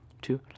two